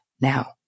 now